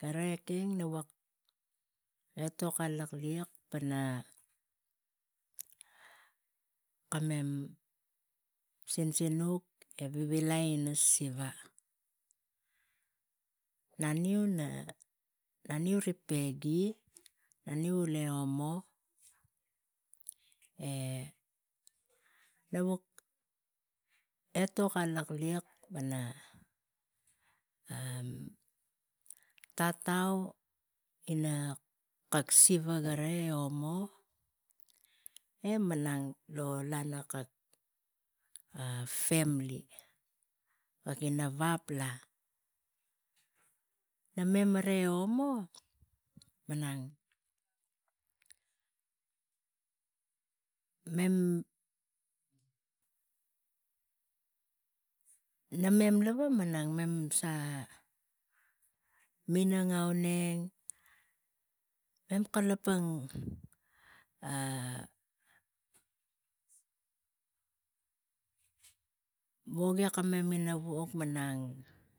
Gara ekeng nak buk etok a lak liek pana kamem sinsinuk e vivilai ina siva. Naniu ri peggy, naniu ule omo e na vuk etok a lakliek pana tatau ina kak siva gara e omo e malang lo lana kak femili rag ina vap la. Na mema ara e omo malang mem sa minang auneng, mem kalapang wogi kamem tang wog malang